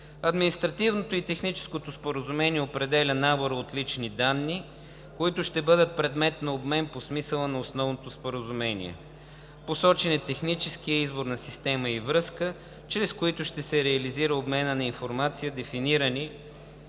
Административното и техническо споразумение определя набора от лични данни, които ще бъдат предмет на обмен по смисъла на основното споразумение. Посочен е техническият избор на система и връзка, чрез които ще се реализира обменът на информация, дефинирани